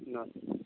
नमस्ते